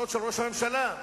רצית ארבע קושיות לשאול אותה,